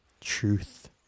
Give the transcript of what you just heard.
Truth